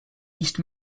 east